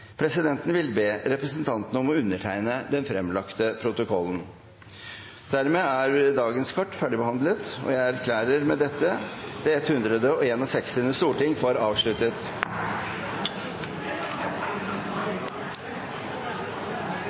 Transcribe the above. Presidenten vil be representantene om å undertegne den fremlagte protokollen. Dermed er dagens kart ferdigbehandlet, og jeg erklærer med dette det 161. storting for avsluttet.